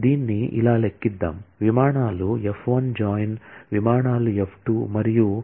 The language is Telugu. దీన్ని ఇలా లెక్కిద్దాం విమానాలు f1 జాయిన్ విమానాలు f2 మరియు నాకు f1